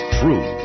true